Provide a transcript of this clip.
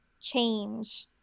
change